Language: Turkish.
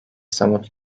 somut